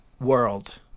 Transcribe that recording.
world